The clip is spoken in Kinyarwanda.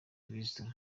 kristu